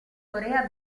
corea